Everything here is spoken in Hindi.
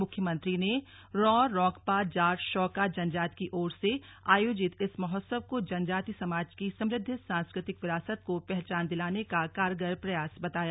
मुख्यमंत्री ने रं रौंगपा जाड़ शौका जनजाति की ओर से आयोजित इस महोत्सव को जनजाति समाज की समृद्ध सांस्कृतिक विरासत को पहचान दिलाने का कारगर प्रयास बताया